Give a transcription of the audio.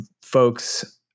folks